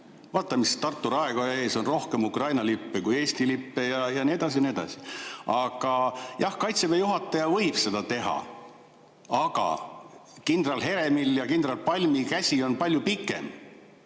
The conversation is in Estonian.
Vaatame, Tartu raekoja ees on rohkem Ukraina lippe kui Eesti lippe ja nii edasi, ja nii edasi. Aga jah, Kaitseväe juhataja võib seda teha. Aga kindral Heremi ja kindral Palmi käsi on palju pikem.